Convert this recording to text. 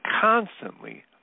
constantly